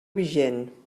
vigent